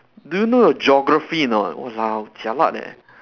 do you know your geography or not !walao! jialat leh